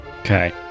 Okay